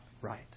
right